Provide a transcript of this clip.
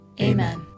Amen